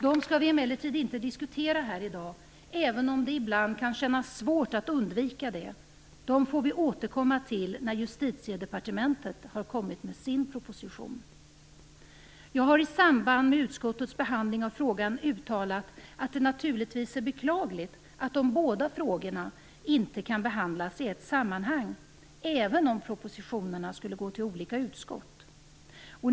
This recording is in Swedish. Dem skall vi emellertid inte diskutera här i dag, även om det ibland kan kännas svårt att undvika det. De frågorna får vi återkomma till när Justitiedepartementet har kommit med sin proposition. Jag har i samband med utskottets behandling av frågan uttalat att det naturligtvis är beklagligt att de båda frågorna inte kan behandlas i ett sammanhang, även om propositionerna skulle gå till olika utskott.